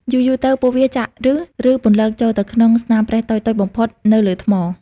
យូរៗទៅ ពួកវាចាក់ឬស ឬពន្លកចូលទៅក្នុងស្នាមប្រេះតូចៗបំផុតនៅលើថ្ម។